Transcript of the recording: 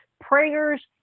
prayers